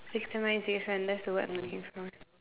systemization that's the word I'm looking for